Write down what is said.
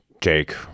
Jake